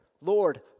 Lord